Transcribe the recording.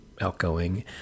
outgoing